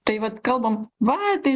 tai vat kalbam va tai